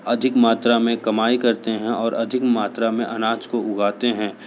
अधिक मात्रा में कमाई करते हैं और अधिक मात्रा में अनाज को उगाते हैं